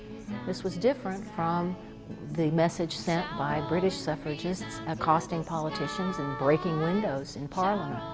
this was different from the message sent by british suffragists, accosting politicians, and breaking windows in parliament.